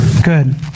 Good